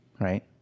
right